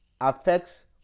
affects